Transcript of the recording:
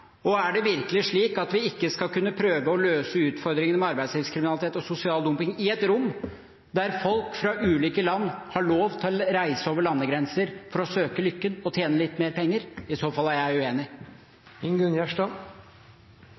Og er det virkelig slik at vi ikke skal kunne prøve å løse utfordringene med arbeidslivskriminalitet og sosial dumping i et rom der folk fra ulike land har lov til å reise over landegrenser for å søke lykken og tjene litt mer penger? I så fall er jeg uenig.